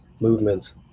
movements